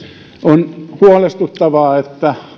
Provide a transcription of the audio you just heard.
on huolestuttavaa että